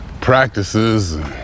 practices